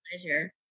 pleasure